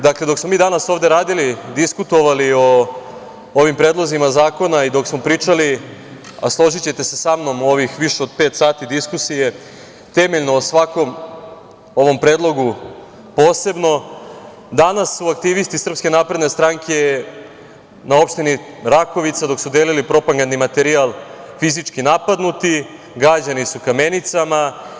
Dakle, dok smo mi danas ovde radili, diskutovali o ovim predlozima zakona i dok smo pričali, a složićete se sa mnom u ovih više od pet sati diskusije, temeljno o svakom ovom predlogu posebno, danas su aktivisti SNS na opštini Rakovica dok su delili propagandni materijal fizički napadnuti, gađani su kamenicama.